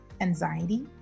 anxiety